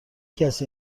کسی